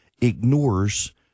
ignores